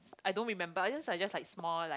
I don't remember I just I just like small like